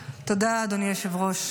תודה, אדוני היושב-ראש.